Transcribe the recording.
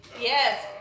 Yes